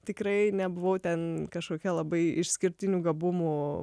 tikrai nebuvau ten kažkokia labai išskirtinių gabumų